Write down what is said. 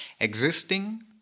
existing